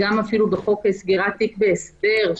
אפילו בחוק סגירת תיק בהסדר,